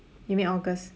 you mean august